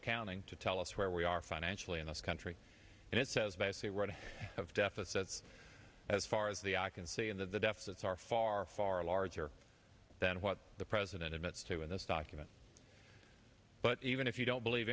accounting to tell us where we are financially in this country and it says basically right to have deficits as far as the eye can see and that the deficits are far far larger than what the president admits to in this document but even if you don't believe